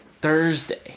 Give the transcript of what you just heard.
Thursday